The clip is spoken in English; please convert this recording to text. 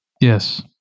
Yes